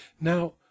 Now